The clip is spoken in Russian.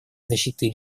защитой